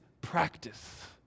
practice